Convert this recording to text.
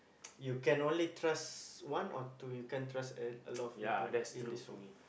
you can only trust one or two you can't trust a a lot of people in this world